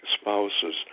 spouses